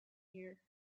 here